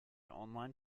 online